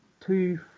two